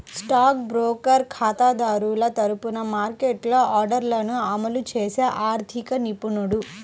stock broker ఖాతాదారుల తరపున మార్కెట్లో ఆర్డర్లను అమలు చేసే ఆర్థిక నిపుణుడు